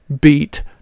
Beat